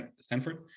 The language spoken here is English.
Stanford